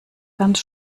ganz